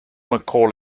mccall